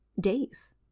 days